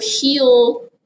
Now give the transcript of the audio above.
heal